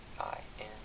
I-N